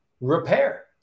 repair